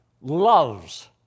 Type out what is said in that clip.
loves